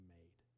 made